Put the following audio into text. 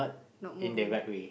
not moving